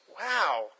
Wow